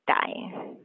dying